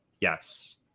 Yes